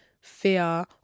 fear